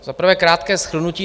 Za prvé, krátké shrnutí.